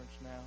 now